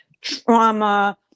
trauma